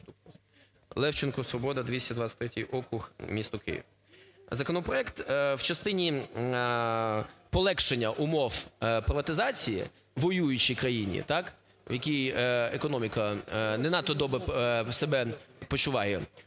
Левченко, "Свобода", 223 округ, місто Київ. Законопроект в частині полегшення умов приватизації у воюючій країні – так? – в якій економіка не надто добре себе почуває,